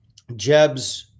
Jebs